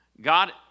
God